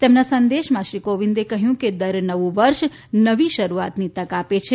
તેમના સંદેશમાં શ્રી કોવિંદે કહ્યું છે કે દર નવું વર્ષ નવી શરૂઆતની તક આપે છે